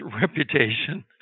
reputation